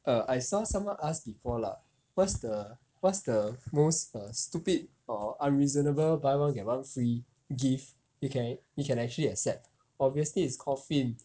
err I saw someone ask before lah what's the what's the most err stupid or unreasonable buy one get one free gift you can you can actually accept obviously it's coffin